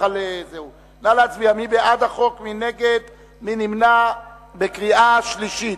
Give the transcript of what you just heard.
מי בעד החוק, מי נגד, מי נמנע בקריאה שלישית?